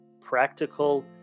practical